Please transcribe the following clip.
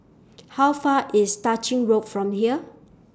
How Far IS Tah Ching Road from here